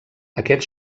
aquest